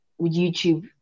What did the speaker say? youtube